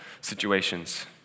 situations